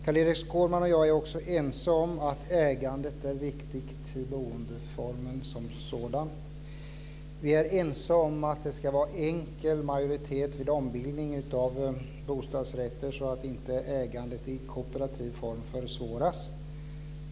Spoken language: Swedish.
Carl-Erik Skårman och jag är ense om att ägandet är viktigt i boendeformen som sådan. Vi är ense om att det ska vara enkel majoritet vid ombildning av bostadsrätter, så att inte ägandet i kooperativ form försvåras.